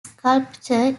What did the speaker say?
sculpture